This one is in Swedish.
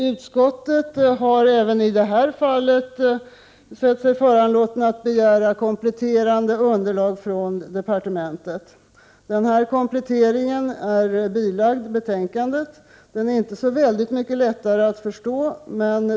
Utskottet har även i detta fall sett sig föranlåtet att begära kompletterande underlag från departementet. Denna komplettering är bilagd betänkandet. Den är inte så väldigt mycket lättare att förstå.